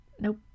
Nope